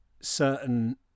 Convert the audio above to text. certain